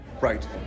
Right